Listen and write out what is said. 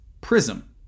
Prism